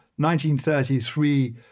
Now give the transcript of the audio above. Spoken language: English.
1933